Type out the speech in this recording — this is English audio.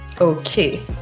Okay